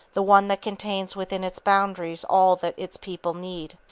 the one that contains within its boundaries all that its people need.